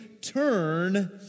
turn